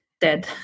dead